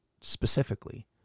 specifically